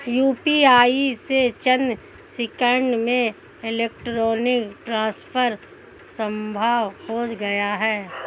UPI से चंद seconds में इलेक्ट्रॉनिक ट्रांसफर संभव हो गया है